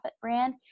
brand